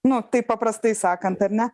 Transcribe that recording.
nu taip paprastai sakant ar ne